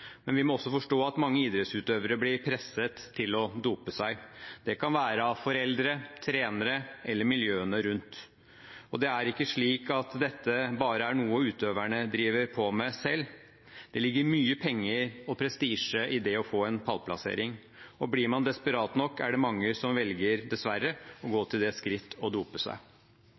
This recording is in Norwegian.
men vi må også forstå at mange idrettsutøvere blir presset til å dope seg. Det kan være av foreldre, trenere eller miljøene rundt. Det er ikke slik at dette bare er noe utøverne driver på med selv, det ligger mye penger og prestisje i det å få en pallplassering, og blir man desperat nok, er det mange som dessverre velger å gå til det skritt å dope seg.